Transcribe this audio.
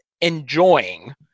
enjoying